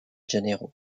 janeiro